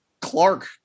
Clark